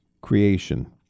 creation